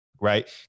right